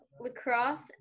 lacrosse